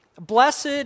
Blessed